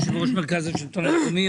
יושב ראש מרכז השלטון המקומי,